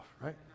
right